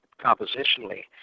compositionally